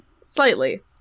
slightly